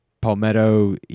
palmetto